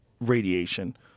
radiation